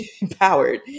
empowered